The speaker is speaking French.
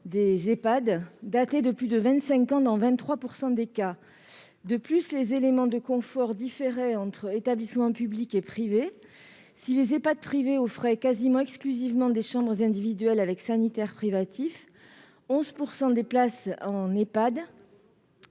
de plus de vingt-cinq ans dans 23 % des cas. De plus, les éléments de confort différaient entre les établissements publics et privés : si les Ehpad privés offraient quasiment exclusivement des chambres individuelles avec sanitaires privatifs, 11 % des places en Ehpad